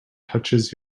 touches